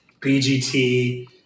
BGT